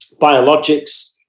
biologics